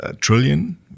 Trillion